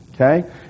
Okay